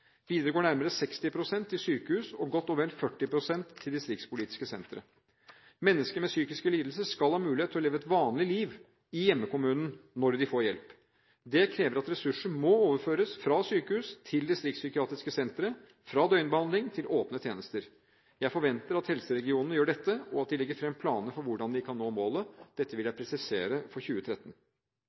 nærmere 60 pst. til sykehus og godt og vel 40 pst. til distriktspsykiatriske sentre. Mennesker med psykiske lidelser skal ha mulighet til å leve et vanlig liv i hjemkommunen når de får hjelp. Det krever at ressurser må overføres fra sykehus til distriktspsykiatriske sentre og fra døgnbehandling til åpne tjenester. Jeg forventer at helseregionene gjør dette, og at de legger fram planer for hvordan de kan nå målet. Dette vil jeg presisere for 2013.